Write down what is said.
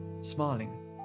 smiling